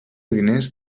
diners